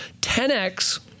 10x